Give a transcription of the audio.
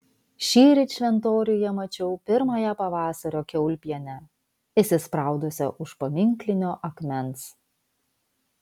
šįryt šventoriuje mačiau pirmąją pavasario kiaulpienę įsispraudusią už paminklinio akmens